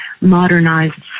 modernized